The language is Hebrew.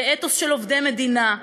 ואתוס של עובדי מדינה.